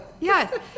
Yes